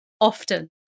often